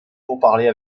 pourparlers